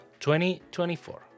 2024